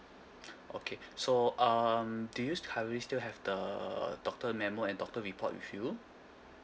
okay so um do you still have you still have the doctor memo and doctor report with you